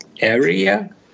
area